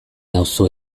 nauzu